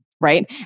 Right